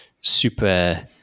super